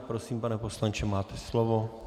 Prosím, pane poslanče, máte slovo.